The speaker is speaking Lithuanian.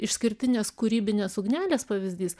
išskirtinės kūrybinės ugnelės pavyzdys